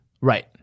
right